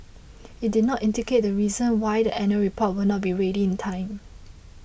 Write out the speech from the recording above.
it did not indicate the reason why the annual report will not be ready in time